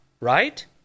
right